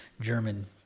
German